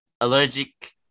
allergic